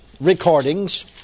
recordings